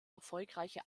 erfolgreiche